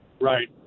Right